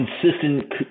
consistent